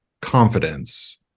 confidence